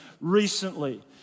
recently